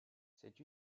cette